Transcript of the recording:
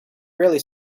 really